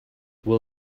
will